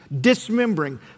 Dismembering